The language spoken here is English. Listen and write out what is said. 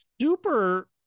super